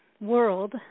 world